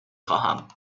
خواهم